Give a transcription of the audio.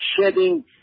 shedding